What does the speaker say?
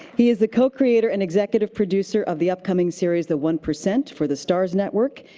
he is the co-creator and executive producer of the upcoming series the one percent for the starz network.